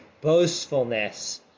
Boastfulness